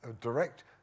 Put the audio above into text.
direct